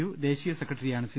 U ദേശീയ സെക്രട്ടറിയാണ് സിന്ധു